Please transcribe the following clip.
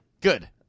Good